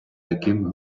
таким